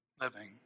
living